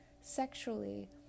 sexually